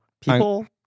people